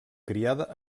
criada